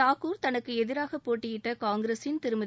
தாகூர் தனக்கு எதிராக போட்டியிட்ட காங்கிரசின் திருமதி